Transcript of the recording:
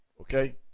Okay